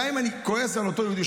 גם אם אני כועס על אותו יהודי.